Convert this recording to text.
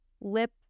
lip